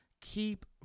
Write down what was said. Keep